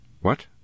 What